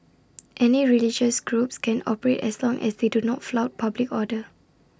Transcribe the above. any religious groups can operate as long as they do not flout public order